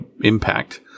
impact